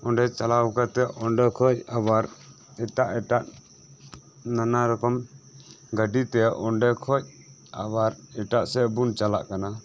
ᱚᱸᱰᱮ ᱪᱟᱞᱟᱣ ᱠᱟᱛᱮᱜ ᱚᱸᱰᱮ ᱠᱷᱚᱡ ᱟᱵᱟᱨ ᱮᱴᱟᱜ ᱮᱴᱟᱜ ᱱᱟᱱᱟ ᱨᱚᱠᱚᱢ ᱜᱟᱹᱰᱤᱛᱮ ᱚᱸᱰᱮ ᱠᱷᱚᱡ ᱟᱵᱟᱨ ᱮᱴᱟᱜ ᱥᱮᱜ ᱵᱚᱱ ᱪᱟᱞᱟᱜ ᱠᱟᱱᱟ